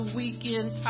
weekend